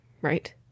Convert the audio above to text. right